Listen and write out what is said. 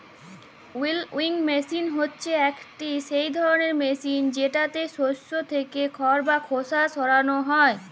উইলউইং মেসিল হছে ইকট ধরলের মেসিল যেটতে শস্য থ্যাকে খড় বা খোসা সরানো হ্যয়